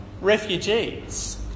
refugees